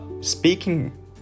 speaking